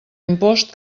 impost